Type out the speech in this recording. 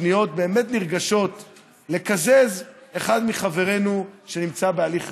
פניות באמת נרגשות לקזז אחד מחברינו שנמצא בהליך רפואי.